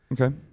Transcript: Okay